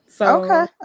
Okay